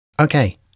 Okay